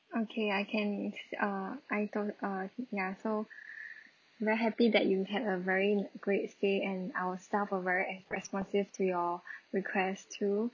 okay I can uh I told uh ya so we're happy that you had a very great stay and our staff are very uh very responsive to your request too